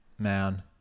Man